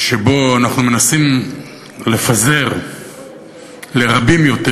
שבהם אנחנו מנסים לפזר לרבים יותר